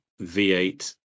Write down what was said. V8